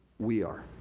we are.